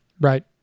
Right